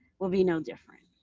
will be no different.